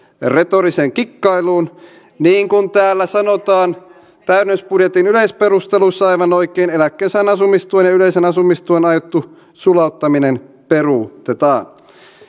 retoriseen kikkailuun niin kuin täällä täydennysbudjetin yleisperusteluissa sanotaan aivan oikein eläkkeensaajien asumistuen ja yleisen asumistuen aiottu sulauttaminen peruutetaan